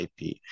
ip